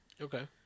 okay